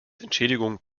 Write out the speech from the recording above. entschädigung